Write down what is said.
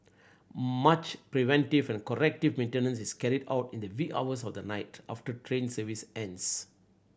much preventive and corrective maintenance is carried out in the wee hours of the night after train service ends